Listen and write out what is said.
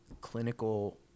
clinical